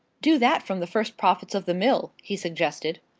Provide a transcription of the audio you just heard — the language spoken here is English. do that from the first profits of the mill, he suggested.